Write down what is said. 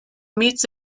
meets